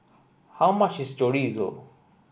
how much is Chorizo